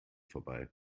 vorbei